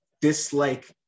dislike